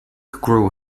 grew